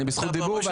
אני בזכות דיבור.